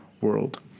world